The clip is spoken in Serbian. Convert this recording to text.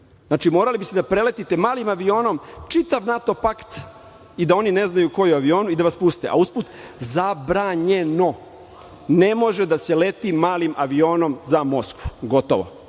uradi. Morali biste da preletite malim avionom čitav NATO pakt i da oni ne znaju ko je u avionu i da vas puste. Usput je zabranjeno. Ne može da se leti malim avionom za Moskvu. Gotovo.